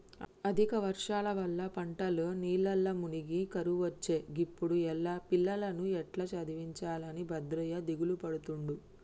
అధిక వర్షాల వల్ల పంటలు నీళ్లల్ల మునిగి కరువొచ్చే గిప్పుడు పిల్లలను ఎట్టా చదివించాలె అని భద్రయ్య దిగులుపడుతుండు